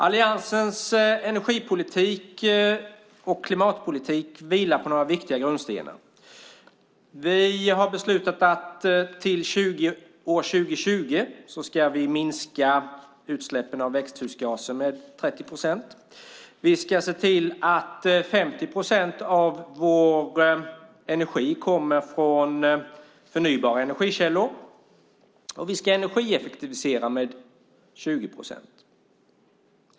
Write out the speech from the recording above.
Alliansens energi och klimatpolitik vilar på några viktiga grundstenar. Vi har beslutat att vi till år 2020 ska minska utsläppen av växthusgaser med 30 procent, vi ska se till att 50 procent av vår energi kommer från förnybara energikällor och vi ska energieffektivisera med 20 procent.